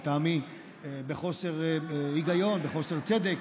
לטעמי בחוסר היגיון וחוסר צדק,